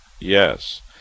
Yes